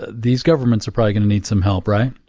ah these governments are probably going to need some help, right?